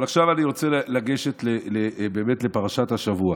אבל עכשיו אני רוצה לגשת באמת לפרשת השבוע.